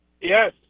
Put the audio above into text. Yes